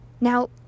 Now